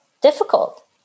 difficult